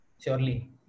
surely